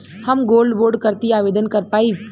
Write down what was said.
हम gold bond करती आवेदन कर पाईब?